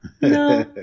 No